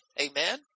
Amen